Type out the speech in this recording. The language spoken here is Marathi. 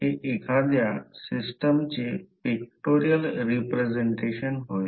तर आणि ते समजून घ्यावे लागेल आणि गोष्टी खूप सोप्या आहेत